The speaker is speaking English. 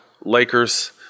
Lakers